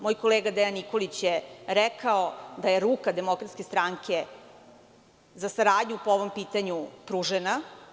Moj kolega Dejan Nikolić je rekao, da je ruka DS za saradnju po ovom pitanju pružena.